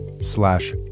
slash